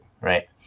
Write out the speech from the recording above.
right